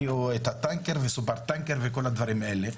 ותביאו את הטנקר וסופר טנקר' וכל הדברים האלה,